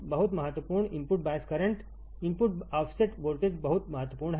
बहुत महत्वपूर्ण input bias current input offset voltage बहुत महत्वपूर्ण है